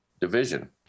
division